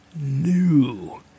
new